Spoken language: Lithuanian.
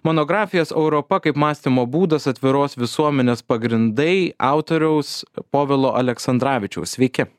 monografijos europa kaip mąstymo būdas atviros visuomenės pagrindai autoriaus povilo aleksandravičiaus sveiki